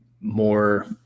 more